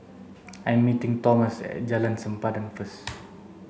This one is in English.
I'm meeting Tomas at Jalan Sempadan first